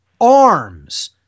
arms